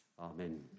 Amen